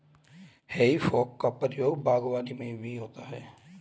हेइ फोक का प्रयोग बागवानी में भी होता है